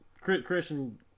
Christian